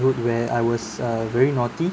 where I was err very naughty